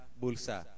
bulsa